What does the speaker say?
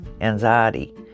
anxiety